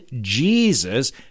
Jesus